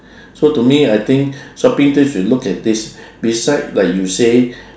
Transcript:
so to me I think shopping tips should look at this besides like you say